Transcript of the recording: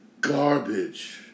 garbage